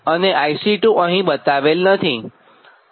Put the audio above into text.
IC1 અને IC2 અહીં બતાવેલ નથી